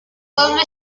pueblo